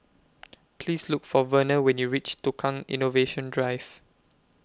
Please Look For Verner when YOU REACH Tukang Innovation Drive